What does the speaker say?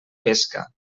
pesca